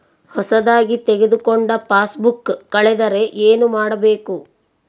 ಹೊಸದಾಗಿ ತೆಗೆದುಕೊಂಡ ಪಾಸ್ಬುಕ್ ಕಳೆದರೆ ಏನು ಮಾಡೋದು?